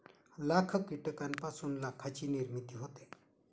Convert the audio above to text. लाख कीटकांपासून लाखाची निर्मिती होते